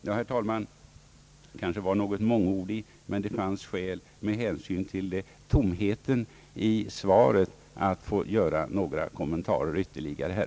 Ja, herr talman, jag har kanske blivit något mångordig, men det fanns skäl med hänsyn till tomheten i svaret att göra ytterligare några kommentarer.